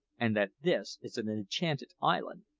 and that this is an enchanted island.